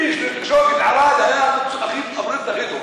כביש שוקת ערד היה הפרויקט הכי טוב,